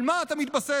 על מה אתה מתבסס?